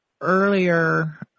earlier